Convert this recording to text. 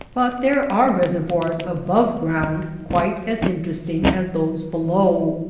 but there are reservoirs above ground quite as interesting as those below.